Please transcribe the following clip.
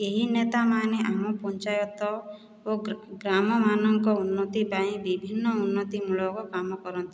ଏହି ନେତାମାନେ ଆମ ପଞ୍ଚାୟତ ଓ ଗ୍ରାମମାନଙ୍କ ଉନ୍ନତି ପାଇଁ ବିଭିନ୍ନ ଉନ୍ନତିମୂଳକ କାମ କରନ୍ତି